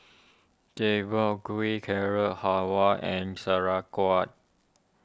Gui Carrot Halwa and Sauerkraut